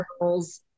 girls